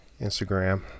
instagram